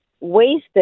wasted